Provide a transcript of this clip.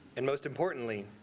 and most importantly,